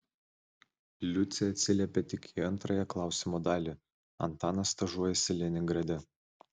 liucė atsiliepė tik į antrąją klausimo dalį antanas stažuojasi leningrade